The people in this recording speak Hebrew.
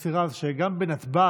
מוסי רז, שגם בנתב"ג,